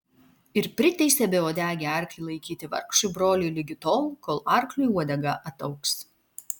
ir priteisė beuodegį arklį laikyti vargšui broliui ligi tol kol arkliui uodega ataugs